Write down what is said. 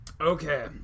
okay